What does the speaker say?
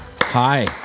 Hi